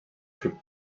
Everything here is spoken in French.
fut